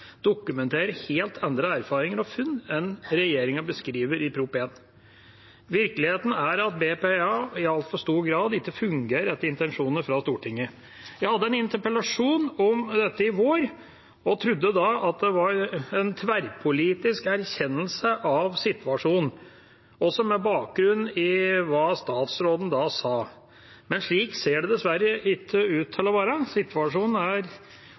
dokumenterer helt andre erfaringer og funn enn det regjeringa beskriver i Prop. 1 S. Virkeligheten er at BPA i altfor stor grad ikke fungerer etter intensjonen fra Stortinget. Vi hadde en interpellasjon om dette i vår og trodde da at det var tverrpolitisk erkjennelse av situasjonen, også med bakgrunn i hva statsråden da sa. Men slik ser det dessverre ikke ut til å være. Situasjonen er